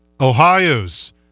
Ohio's